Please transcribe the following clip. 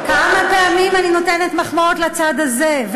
כמה פעמים אני נותנת מחמאות לצד הזה?